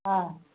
હા